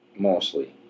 Mostly